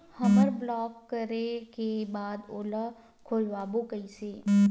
हमर ब्लॉक करे के बाद ओला खोलवाबो कइसे?